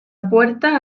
puerta